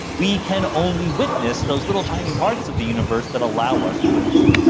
we can only witness those little tiny parts of the universe that allow us to witness it.